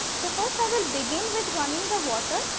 so, first i will begin with running the water,